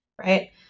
right